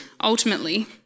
Ultimately